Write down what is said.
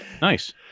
nice